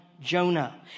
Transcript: Jonah